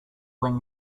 when